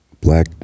black